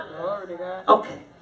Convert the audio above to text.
Okay